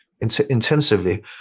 intensively